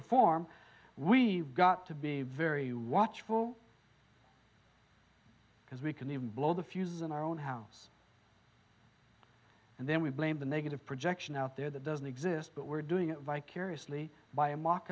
or form we got to be very watchful because we can even blow the fuse in our own house and then we blame the negative projection out there that doesn't exist but we're doing it vicariously by